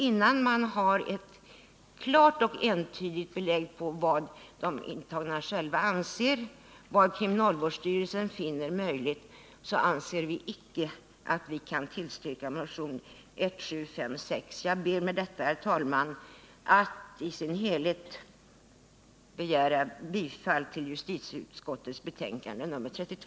Innan vi har fått klara och entydiga belägg för vad de intagna själva anser och vad kriminalvårdsstyrelsen finner möjligt anser vi icke att vi kan tillstyrka motionen 1756. Jag ber med detta, herr talman, att få yrka bifall till justitieutskottets förslag i dess helhet.